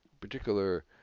particular